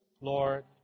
Lord